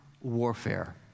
warfare